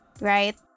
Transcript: Right